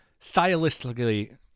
stylistically